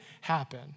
happen